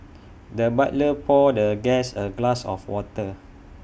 the butler poured the guest A glass of water